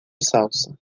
salsa